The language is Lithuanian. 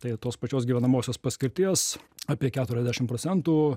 tai tos pačios gyvenamosios paskirties apie keturiasdešim procentų